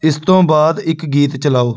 ਇਸ ਤੋਂ ਬਾਅਦ ਇੱਕ ਗੀਤ ਚਲਾਓ